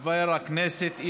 לא נתקבלה.